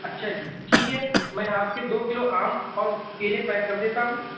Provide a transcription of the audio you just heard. اچھا جی ٹھیک ہے میں آپ کے دو کلو آم اور کیلے پیک کر دیتا ہوں